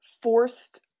forced